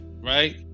Right